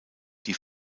die